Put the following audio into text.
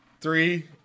three